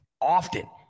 often